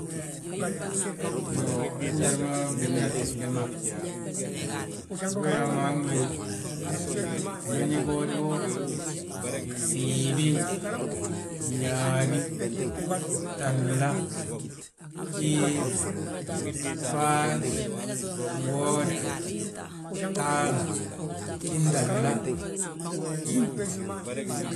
Iyoo, uyaa njali ma binyalti gdeem a fjaa, ndu uyaa mo han wil, unan yaa bowdibo, gsiibi, yaabi, gtahla, gjiif, faaj, ngooda, gtahla, gjintahla gjimin.